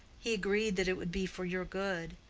he agreed that it would be for your good,